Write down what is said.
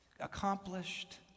accomplished